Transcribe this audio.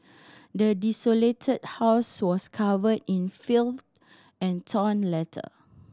the desolated house was covered in filth and torn letter